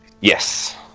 Yes